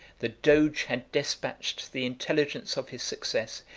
the doge had despatched the intelligence of his success,